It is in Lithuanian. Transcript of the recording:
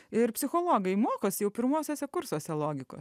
ir psichologai mokosi jau pirmuosiuose kursuose logikos